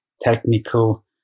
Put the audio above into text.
technical